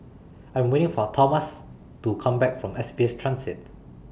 I Am waiting For Tomas to Come Back from S B S Transit